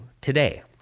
today